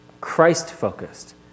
Christ-focused